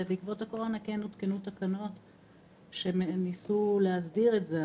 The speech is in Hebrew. בעקבות הקורונה הותקנו תקנות שניסו להסדיר את זה,